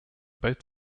both